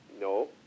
no